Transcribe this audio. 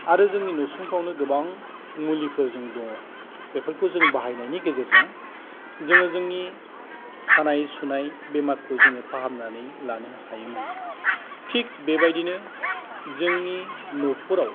आरो जोंनि न'सुंफ्रावनो गोबां मुलिफोरजों दङ बेफोरखौ जों बाहायनायनि गेजेरजों जोङो जोंनि सानाय सुनाय बेमारखौ जोङो फाहामनानै लानो हायोमोन थिग बेबायदिनो जोंनि न'खराव